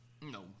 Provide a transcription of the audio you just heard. No